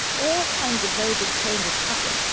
all kinds of very big changes happened.